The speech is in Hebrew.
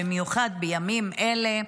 במיוחד בימים אלה.